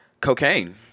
cocaine